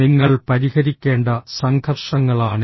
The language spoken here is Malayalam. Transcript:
നിങ്ങൾ പരിഹരിക്കേണ്ട സംഘർഷങ്ങളാണിവ